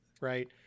right